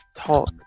talk